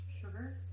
Sugar